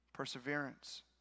perseverance